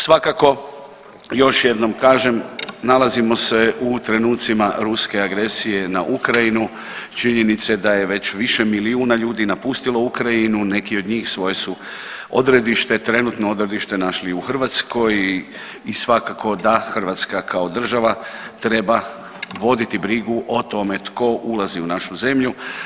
Svakako još jednom kažem nalazimo se u trenutcima ruske agresije na Ukrajinu, činjenice da je već više milijuna ljudi napustilo Ukrajinu, neki od njih svoje su odredište, trenutno odredište našli u Hrvatskoj i svakako da Hrvatska kao država treba voditi brigu o tome tko ulazi u našu zemlju.